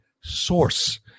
source